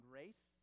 race